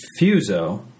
fuso